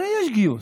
הרי יש גיוס.